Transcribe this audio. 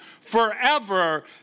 forever